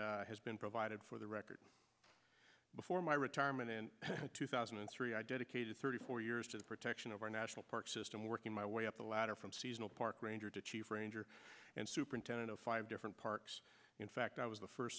testimony has been provided for the record before my retirement in two thousand and three i dedicated thirty four years to the protection of our national park system working my way up the ladder from seasonal park ranger to chief ranger and superintendent of five different parks in fact i was the first